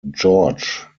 george